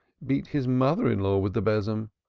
beat his mother-in-law with the besom,